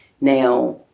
Now